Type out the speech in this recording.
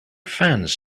fans